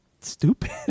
stupid